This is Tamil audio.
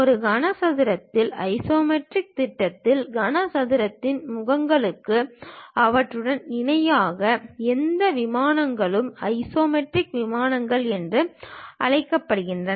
ஒரு கனசதுரத்தின் ஐசோமெட்ரிக் திட்டத்தில் கனசதுரத்தின் முகங்களும் அவற்றுக்கு இணையான எந்த விமானங்களும் ஐசோமெட்ரிக் விமானங்கள் என்று அழைக்கப்படுகின்றன